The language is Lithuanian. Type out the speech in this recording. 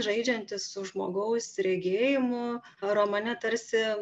žaidžiantis su žmogaus regėjimu romane tarsi